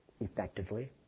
effectively